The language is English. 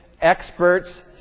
Experts